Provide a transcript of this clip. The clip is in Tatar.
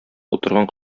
утырган